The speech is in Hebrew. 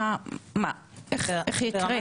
איך יקרה?